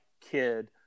kid